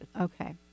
Okay